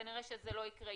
כנראה שזה לא יקרה.